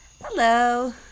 Hello